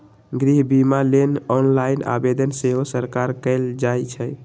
गृह बिमा लेल ऑनलाइन आवेदन सेहो सकार कएल जाइ छइ